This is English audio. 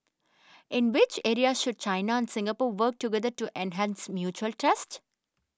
in which areas should China and Singapore work together to enhance mutual trusts